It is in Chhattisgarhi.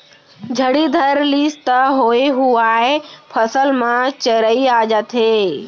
झड़ी धर लिस त होए हुवाय फसल म जरई आ जाथे